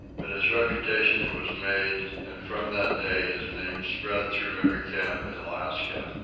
but his reputation was made, and from that day his name spread through every camp in alaska.